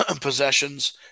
possessions